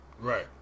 Right